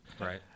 right